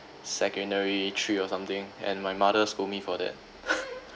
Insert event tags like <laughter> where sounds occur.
secondary three or something and my mother scold me for that <laughs>